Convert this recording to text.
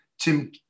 Tim